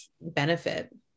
benefit